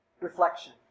reflection